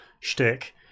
shtick